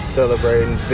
celebrating